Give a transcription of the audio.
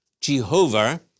Jehovah